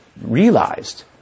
realized